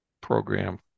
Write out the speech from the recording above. program